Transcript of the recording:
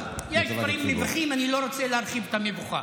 יש דברים מביכים, אני לא רוצה להרחיב את המבוכה.